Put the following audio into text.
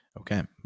Okay